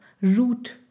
root